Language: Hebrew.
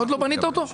עוד לא בנית אותו?